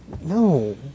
No